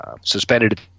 suspended